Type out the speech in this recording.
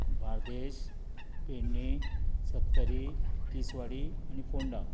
बार्देस पेडणे सत्तरी तिसवाडी आनी फोंडा